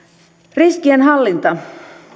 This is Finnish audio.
riskienhallinta